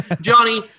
Johnny